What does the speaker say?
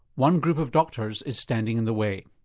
one group of doctors is standing in the way.